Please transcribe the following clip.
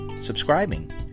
subscribing